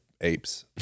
apes